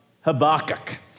Habakkuk